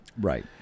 Right